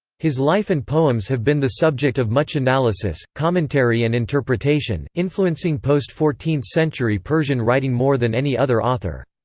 his life and poems have been the subject of much analysis, commentary and interpretation, influencing post-fourteenth century persian writing more than any other author.